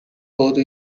voto